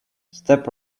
step